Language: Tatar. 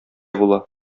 була